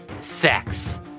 sex